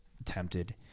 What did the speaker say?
attempted